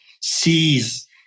sees